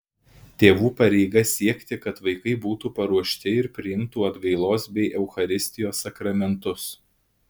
tėvų pareiga siekti kad vaikai būtų paruošti ir priimtų atgailos bei eucharistijos sakramentus